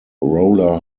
roller